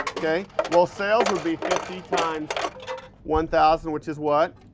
okay. well, sales would be fifty times one thousand, which is what?